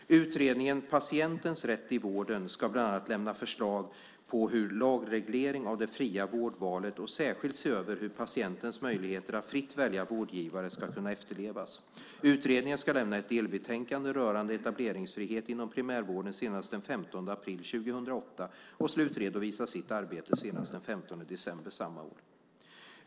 Utredningen Patientens rätt i vården ska bland annat lämna förslag på lagreglering av det fria vårdvalet och särskilt se över hur patientens möjligheter att fritt välja vårdgivare ska kunna efterlevas. Utredningen ska lämna ett delbetänkande rörande etableringsfrihet inom primärvården senast den 15 april 2008 och slutredovisa sitt arbete senast den 15 december samma år.